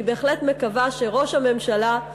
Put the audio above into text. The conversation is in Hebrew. אני בהחלט מקווה שראש הממשלה,